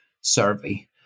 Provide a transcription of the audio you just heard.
survey